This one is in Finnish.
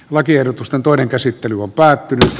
lakiehdotusten toinen käsittely on päättynyt